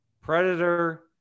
predator